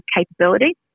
capability